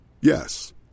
Yes